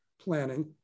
planning